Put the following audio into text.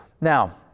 Now